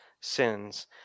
sins